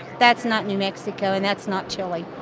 that's not new mexico, and that's not chili.